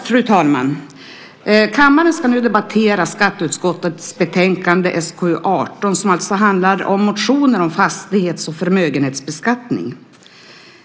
Fru talman! Kammaren ska nu debattera skatteutskottets betänkande SkU18 som handlar om motioner om fastighets och förmögenhetsbeskattning.